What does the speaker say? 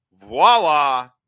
voila